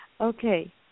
Okay